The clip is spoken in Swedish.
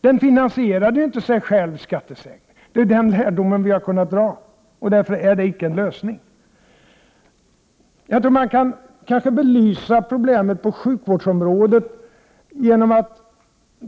Skattesänkningen finansierade inte sig själv. Det är den lärdom som vi har kunnat dra. Det är Prot. 1988/89:59 därför icke en lösning. 1 februari 1989 Jag tror att man kan belysa problemen på sjukvårdsområdet genom att